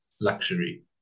luxury